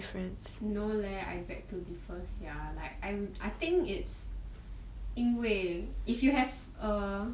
no leh I beg to differ sia like I'm I think it's 因为 if you have a